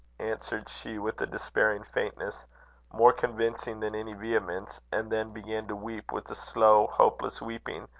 answered she, with a despairing faintness more convincing than any vehemence and then began to weep with a slow, hopeless weeping,